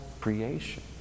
creation